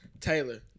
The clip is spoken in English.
Taylor